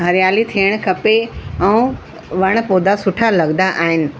हरियाली थियणु खपे ऐं वणु पैधा सुठा लॻंदा आहिनि